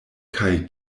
kaj